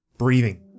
breathing